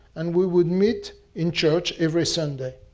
and we would meet in church every sunday.